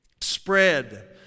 Spread